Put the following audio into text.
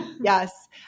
Yes